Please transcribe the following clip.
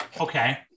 okay